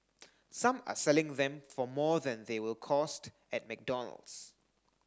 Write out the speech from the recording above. some are selling them for more than they will cost at McDonald's